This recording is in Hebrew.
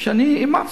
שאני אימצתי,